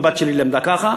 הבת שלי למדה ככה.